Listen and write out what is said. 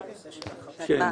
אוקיי.